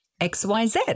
XYZ